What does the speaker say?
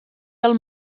del